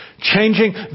Changing